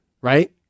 right